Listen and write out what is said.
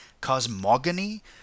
Cosmogony